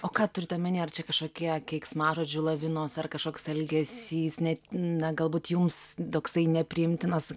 o ką turit omeny ar čia kažkokie keiksmažodžių lavinos ar kažkoks elgesys net na galbūt jums toksai nepriimtinas